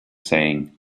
saying